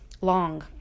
long